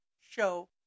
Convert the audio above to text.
show